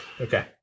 Okay